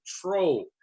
troll